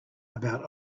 about